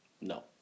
No